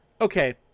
okay